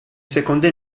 seconde